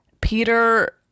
Peter